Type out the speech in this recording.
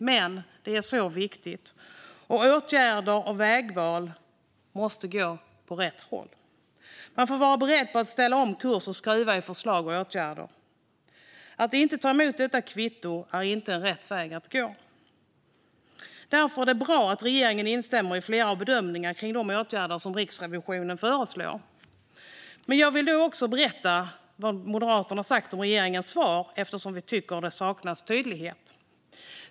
Men det är viktigt, och om åtgärder och vägval ska gå åt rätt håll får man vara beredd att ändra kurs och skruva i förslag och åtgärder. Att inte ta emot detta kvitto är inte rätt väg att gå. Därför är det bra att regeringen instämmer i flera av bedömningarna av de åtgärder som Riksrevisionen föreslår. Men jag vill också berätta vad vi i Moderaterna sagt om regeringens svar eftersom vi tycker att det saknas tydlighet.